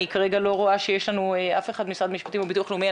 אני כרגע לא רואה שיש לנו אף אחד ממשרד המשפטים או ביטוח לאומי.